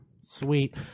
sweet